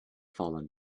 fallen